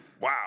Wow